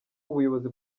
ubuyobozi